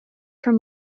from